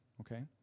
okay